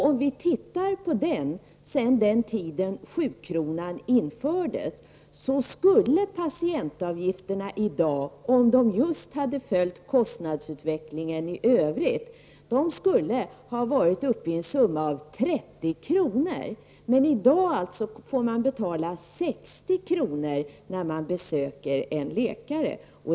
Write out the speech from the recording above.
Om vi tittar på den utvecklingen sedan sjukronan infördes, finner vi att patientavgifterna i dag, om de hade följt kostnadsutvecklingen i övrigt, skulle ha varit uppe i en summa av 30 kr. Men i dag får man betala 60 kr. när man besöker en läkare.